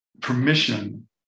permission